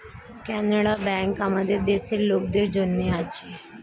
Canara bank আমাদের দেশের লোকদের জন্যে আছে